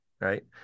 right